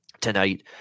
tonight